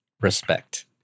respect